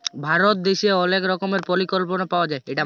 ভারত দ্যাশে অলেক রকমের পরিকল্পলা পাওয়া যায়